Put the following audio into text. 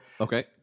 okay